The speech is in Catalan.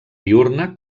diürna